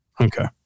Okay